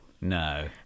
No